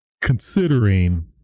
considering